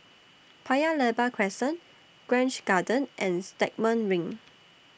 Paya Lebar Crescent Grange Garden and Stagmont Ring